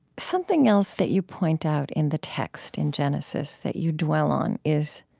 something else that you point out in the text in genesis that you dwell on is